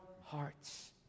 hearts